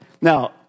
Now